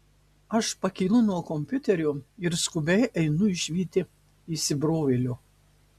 aš pakylu nuo kompiuterio ir skubiai einu išvyti įsibrovėlio